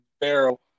barrel